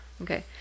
Okay